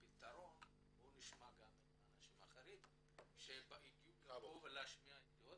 בואו נשמע גם אנשים אחרים שהגיעו לכאן להשמיע דבריהם,